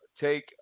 take